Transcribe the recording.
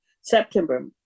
September